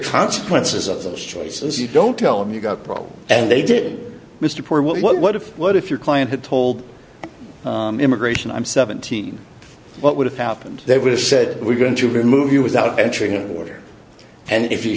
consequences of those choices you don't tell them you've got a problem and they did mr poor what what what if what if your client had told immigration i'm seventeen what would have happened they would have said we're going to remove you without entering an order and if you